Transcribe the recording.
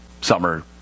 summer